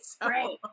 great